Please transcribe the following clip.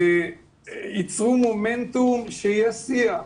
ייצרו מומנטום שיהיה שיח.